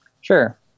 sure